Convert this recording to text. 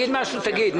תגיד.